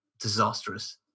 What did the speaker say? disastrous